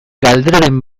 galderaren